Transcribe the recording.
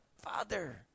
Father